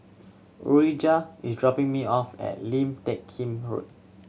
Urijah is dropping me off at Lim Teck Kim Road